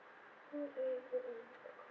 mmhmm